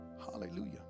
Hallelujah